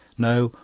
no,